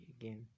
again